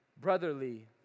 Brotherly